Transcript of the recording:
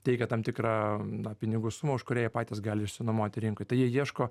teikia tam tikrą na pinigų sumą už kurią jie patys gali išsinuomoti rinkoj tai jie ieško